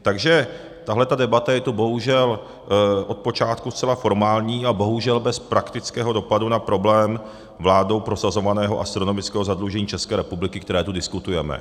Takže tahle debata je tady bohužel od začátku zcela formální a bohužel bez praktického dopadu na problém vládou prosazovaného astronomického zadlužení České republiky, které tu diskutujeme.